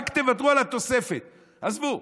רק תוותרו על התוספת, עזבו.